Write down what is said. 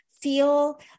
feel